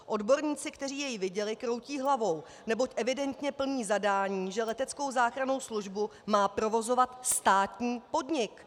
Odborníci, kteří jej viděli, kroutí hlavou, neboť evidentně plní zadání, že leteckou záchrannou službu má provozovat státní podnik.